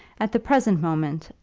at the present moment,